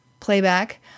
playback